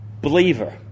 Believer